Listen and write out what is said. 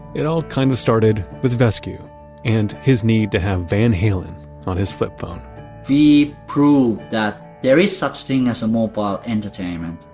it all kind of started with vesku and his need to have van halen on his flip phone we proved that there is such thing as a mobile entertainment.